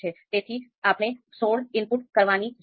તેથી આપણે સોળ ઇનપુટ કરવાની જરૂર છે